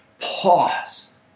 pause